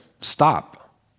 Stop